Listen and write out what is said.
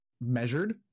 measured